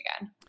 again